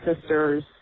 Sisters